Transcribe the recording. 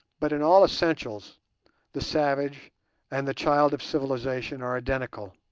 but in all essentials the savage and the child of civilization are identical.